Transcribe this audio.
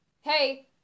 hey